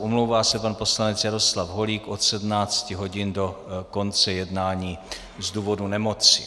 Omlouvá se pan poslanec Jaroslav Holík od 17 hodin do konce jednání z důvodu nemoci.